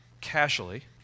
casually